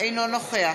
אינו נוכח